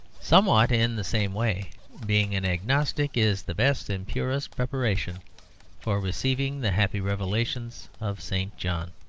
somewhat in the same way being an agnostic is the best and purest preparation for receiving the happy revelations of st. john.